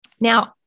Now